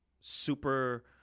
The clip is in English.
super